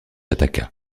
attaqua